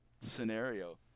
scenario